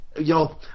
Yo